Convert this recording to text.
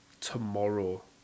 tomorrow